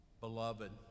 Beloved